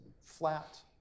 flat